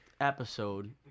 episode